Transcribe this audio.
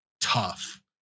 tough